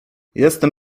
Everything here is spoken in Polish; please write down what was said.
jestem